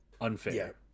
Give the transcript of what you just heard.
unfair